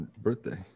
birthday